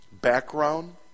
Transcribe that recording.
background